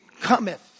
cometh